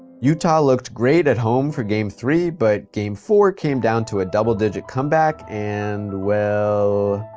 utah looked great at home for game three, but game four came down to a double-digit comeback, and, well,